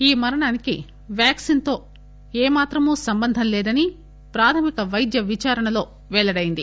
ఈ మరణానికి వ్యాక్సినేషన్ తో ఏమాత్రం సంబంధం లేదని ప్రాథమిక వైద్య విచారణలో పెల్లడైంది